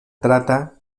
trata